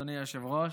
אדוני היושב-ראש,